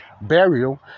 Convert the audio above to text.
Burial